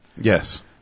Yes